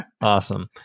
Awesome